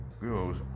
girls